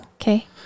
Okay